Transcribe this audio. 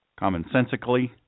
commonsensically